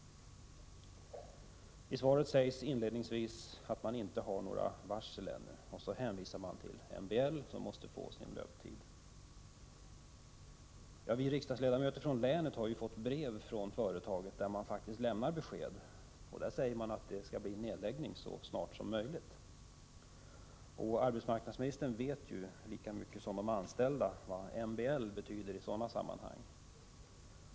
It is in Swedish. I svaret sägs inledningsvis att man ännu inte har några varsel, samtidigt som det hänvisas till att MBL-förhandlingar fortfarande pågår. Vi riksdagsledamöter i länet har fått brev från företaget, där man faktiskt lämnar besked. Man säger att en nedläggning skall ske så snart som möjligt. Arbetsmarknadsministern vet lika väl som de anställda vad MBL har för betydelse i sådana sammanhang.